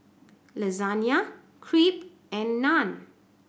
Lasagne Crepe and Naan